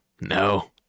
No